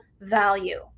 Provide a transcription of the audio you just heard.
value